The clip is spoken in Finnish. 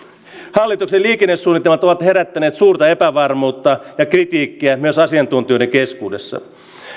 hallituksen liikennesuunnitelmat ovat herättäneet suurta epävarmuutta ja kritiikkiä myös asiantuntijoiden keskuudessa